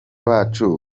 bacu